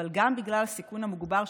אבל גם בגלל הסיכון המוגבר,